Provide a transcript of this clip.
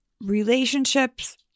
relationships